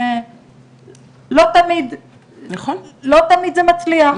לא תמיד זה מצליח,